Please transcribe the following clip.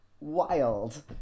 wild